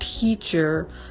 teacher